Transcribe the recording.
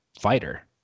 fighter